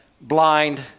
blind